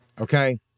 okay